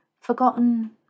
forgotten